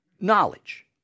knowledge